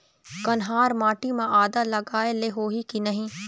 कन्हार माटी म आदा लगाए ले होही की नहीं?